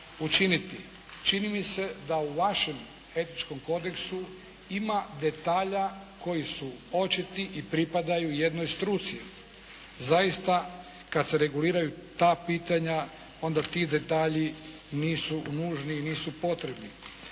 učiniti. Čini mi se da u vašem Etičkom kodeksu ima detalja koji su očiti i pripadaju jednoj struci. Zaista, kad se reguliraju ta pitanja, onda ti detalji nisu nužni i nisu potrebni.